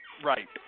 Right